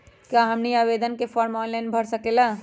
क्या हमनी आवेदन फॉर्म ऑनलाइन भर सकेला?